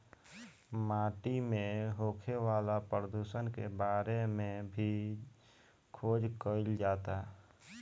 माटी में होखे वाला प्रदुषण के बारे में भी खोज कईल जाता